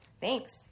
thanks